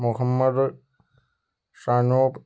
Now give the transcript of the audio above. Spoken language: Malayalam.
മുഹമ്മദ് സനൂപ്